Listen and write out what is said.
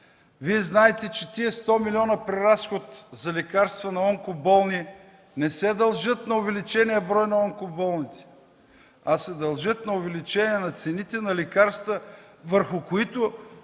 Вие знаете, че тези 100 милиона преразход за лекарства на онкоболни не се дължат на увеличения брой на онкоболните, а се дължат на увеличение на цените на лекарства, върху които